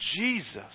Jesus